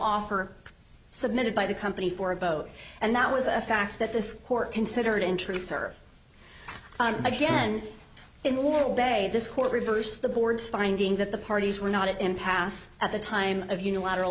offer submitted by the company for a vote and that was a fact that this court considered introducer again in a little day this court reversed the board's finding that the parties were not at impasse at the time of unilateral